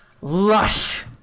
lush